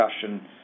discussion